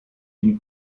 une